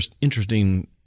interesting